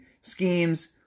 schemes